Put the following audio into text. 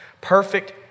Perfect